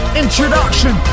introduction